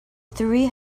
three